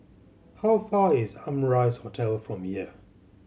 how far is Amrise Hotel from here